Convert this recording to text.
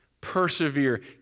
persevere